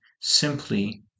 simply